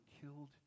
killed